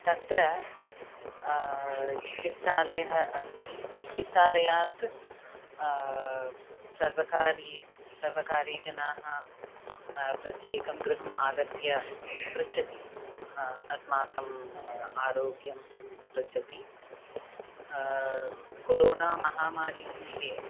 तत्र चिकित्सालयः अस्ति चिकित्सालयात् सर्वकारीयाः सर्वकारीयजनाः प्रत्येकं गृहम् आगत्य पृच्छति अस्माकम् आरोग्यं पृच्छति कोरोना महामारीसमये